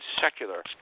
secular